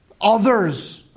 others